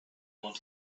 want